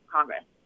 Congress